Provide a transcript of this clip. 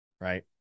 right